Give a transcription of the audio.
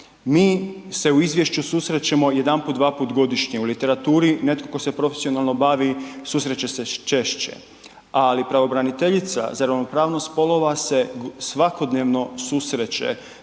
Mi se u izvješću susrećemo jedanput, dvaput godišnje, u literaturi netko tko se profesionalno bavi susreće se češće, ali pravobraniteljica za ravnopravnost spolova se svakodnevno susreće